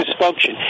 dysfunction